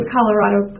Colorado